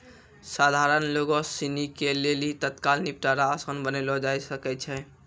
सधारण लोगो सिनी के लेली तत्काल निपटारा असान बनैलो जाय सकै छै